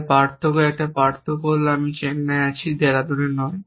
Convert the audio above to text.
তাই পার্থক্য একটা পার্থক্য হল আমি চেন্নাইতে আছি দেরাদুনে নয়